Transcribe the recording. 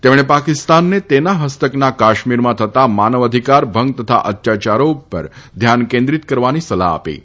તેમણે પાકિસ્તાનને તેના ફસ્તકના કાશ્મીરમાં થતા માનવ અધિકાર ભંગ તથા અત્યાચારો ઉપર ધ્યાન કેન્દ્રિત કરવાની સલાહ આપી હતી